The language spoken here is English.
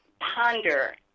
ponder